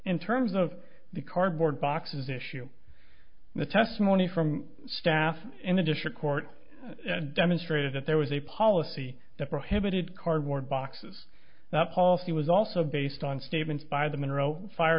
in terms of the cardboard boxes issue the testimony from staff in addition court demonstrated that there was a policy that prohibited cardboard boxes the policy was also based on statements by the monroe fire